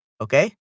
Okay